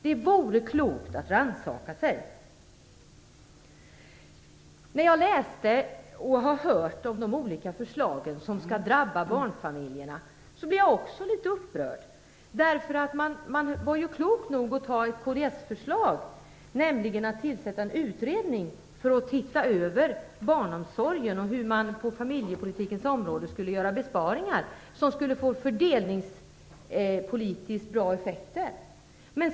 Det vore klokt om man rannsakade sig själv. När jag tog del av de förslag som skall drabba barnfamiljerna blev jag också litet upprörd. Man var klok nog att tillgodose ett förslag från kds, nämligen att en utredning skulle tillsättas. Utredningen skall se över barnomsorgen och hur man kan göra besparingar på familjepolitikens område som skulle få goda fördelningspolitiska effekter.